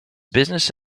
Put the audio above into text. business